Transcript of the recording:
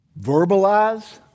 verbalize